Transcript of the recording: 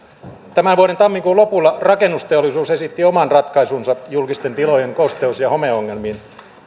tämän vuoden tammikuun lopulla rakennusteollisuus esitti oman ratkaisunsa julkisten tilojen kosteus ja homeongelmiin